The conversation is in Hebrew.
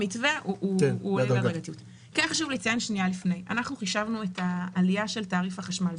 חישבנו את העלייה של תעריף החשמל.